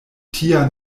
tia